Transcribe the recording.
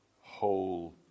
whole